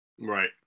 Right